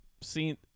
seen